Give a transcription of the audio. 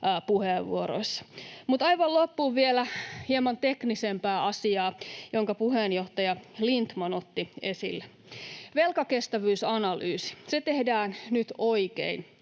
puheenvuoroissa. Mutta aivan loppuun vielä hieman teknisempää asiaa, jonka puheenjohtaja Lindtman otti esille. Velkakestävyysanalyysi tehdään nyt oikein